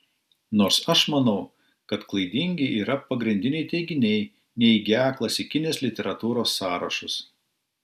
nors aš manau kad klaidingi yra pagrindiniai teiginiai neigią klasikinės literatūros sąrašus